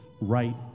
right